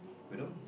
you know